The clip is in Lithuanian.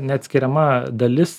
neatskiriama dalis